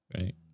right